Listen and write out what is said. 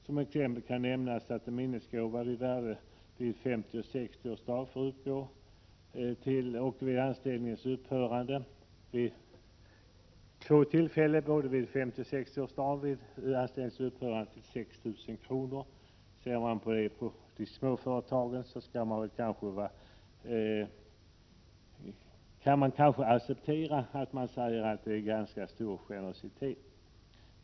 Som exempel kan nämnas att en minnesgåvas värde vid 50 eller 60-årsdag får uppgå till 6 000 kr., liksom vid anställningens upphörande. I de små företagen anser man nog att generositeten är stor.